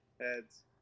Heads